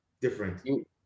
Different